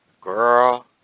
girl